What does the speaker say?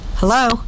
Hello